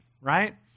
right